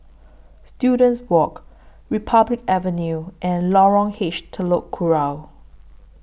Students Walk Republic Avenue and Lorong H Telok Kurau